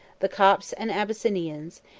the copts and abyssinians,